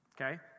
Okay